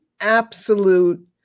absolute